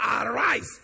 Arise